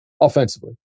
offensively